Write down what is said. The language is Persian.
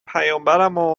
پیامبرمم